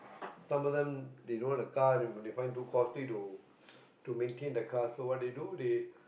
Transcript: some of them they own a car they find it costly to to maintain the car so what they do they